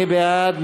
מי בעד?